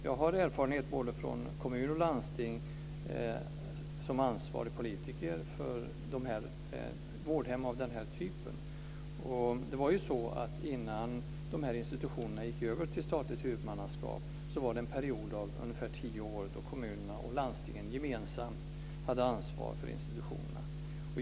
Jag har erfarenhet från både kommun och landsting som ansvarig politiker för vårdhem av den här typen. Det var ju så att innan de här institutionerna gick över till statligt huvudmannaskap var det en period av ungefär tio år då kommunerna och landstingen gemensamt hade ansvaret för institutionerna.